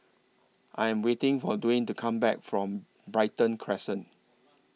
I Am waiting For Dwayne to Come Back from Brighton Crescent